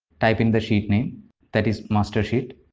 type in the sheet name that is master sheet!